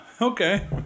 okay